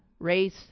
race